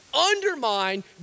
undermine